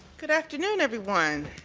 good afternoon, everyone.